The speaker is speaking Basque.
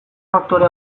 faktore